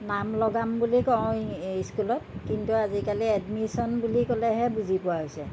নাম লগাম বুলি কওঁ ইস্কুলত কিন্তু আজিকালি এডমিশ্যন বুলি ক'লেহে বুজি পোৱা হৈছে